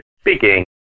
speaking